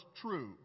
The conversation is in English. true